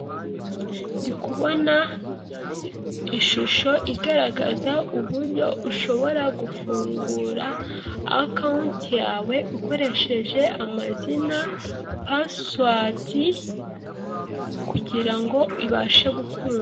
Ndi kubona ishusho igaragaza uburyo ushobora gufungura akawunti yawe ukoresheje amazina, pasiwadi kugirango ibashe gukunda.